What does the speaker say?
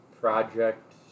project